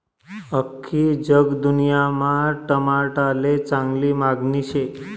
आख्खी जगदुन्यामा टमाटाले चांगली मांगनी शे